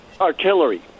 artillery